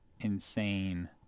insane